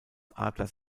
adlers